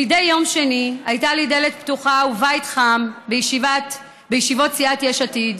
מידי יום שני הייתה לי דלת פתוחה ובית חם בישיבות סיעת יש עתיד,